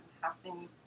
happening